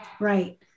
right